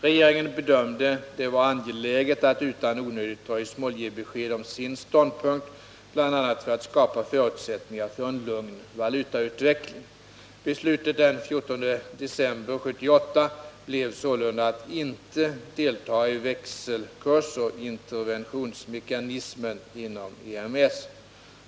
Regeringen bedömde det vara angeläget att utan onödigt dröjsmål ge besked om sin ståndpunkt, bl.a. för att skapa förutsättningar för en lugn valutautveckling. Beslutet den 14 december 1978 blev sålunda att inte delta i växelkursoch interventionsmekanismen inom EMS.